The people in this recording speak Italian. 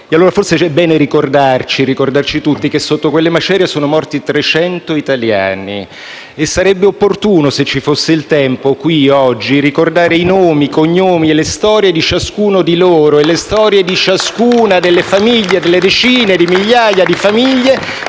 Allora, forse è bene ricordare tutti che sotto quelle macerie sono morti 300 italiani. Sarebbe opportuno, se ci fosse il tempo, qui, oggi, ricordare i nomi, i cognomi e le storie di ciascuno di loro. *(Applausi dal Gruppo FI-BP)*. E le storie di ciascuna delle famiglie, delle decine di migliaia di famiglie